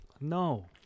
No